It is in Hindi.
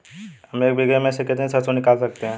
हम एक बीघे में से कितनी सरसों निकाल सकते हैं?